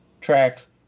tracks